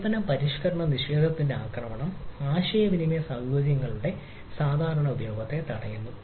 സേവന പരിഷ്കരണ നിഷേധത്തിന്റെ ആക്രമണം ആശയവിനിമയ സൌകര്യങ്ങളുടെ സാധാരണ ഉപയോഗത്തെ തടയുന്നു